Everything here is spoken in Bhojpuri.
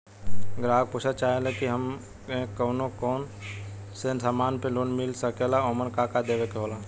ग्राहक पुछत चाहे ले की हमे कौन कोन से समान पे लोन मील सकेला ओमन का का देवे के होला?